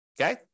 okay